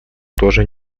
тоже